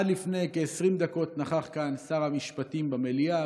עד לפני כ-20 דקות נכח כאן שר המשפטים במליאה